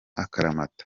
akaramata